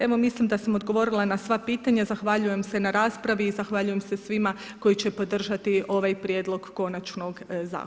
Evo mislim da sam odgovorila na sva pitanja, zahvaljujem se na raspravi i zahvaljujem se svima koji će podržati ovaj prijedlog konačnog zakona.